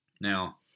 Now